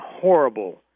horrible